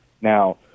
Now